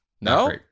No